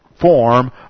form